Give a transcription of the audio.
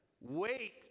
Wait